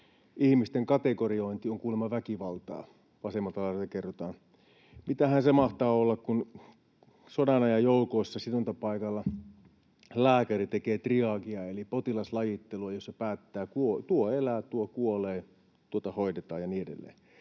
Ihmisten kategorisointi on kuulemma väkivaltaa, vasemmalta laidalta kerrotaan. Mitähän se mahtaa olla, kun sodanajan joukoissa sidontapaikalla lääkäri tekee triagea eli potilaslajittelua, jossa päättää, että tuo elää, tuo kuolee, tuota hoidetaan ja niin edelleen?